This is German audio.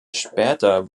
später